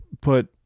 put